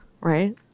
right